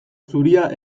zuria